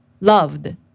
loved